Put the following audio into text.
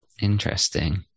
Interesting